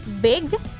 big